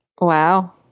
Wow